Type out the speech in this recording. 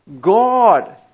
God